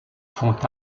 font